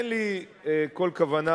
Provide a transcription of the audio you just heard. אין לי כל כוונה,